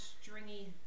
stringy